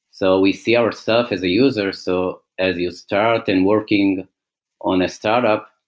so we see our self as a user. so, as you start and working on a startup,